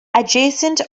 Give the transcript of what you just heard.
adjacent